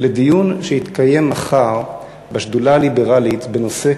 לדיון שיתקיים מחר בשדולה הליברלית בנושא